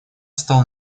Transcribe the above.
стал